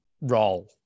role